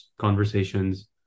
conversations